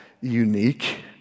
unique